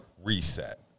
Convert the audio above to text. Reset